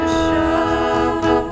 show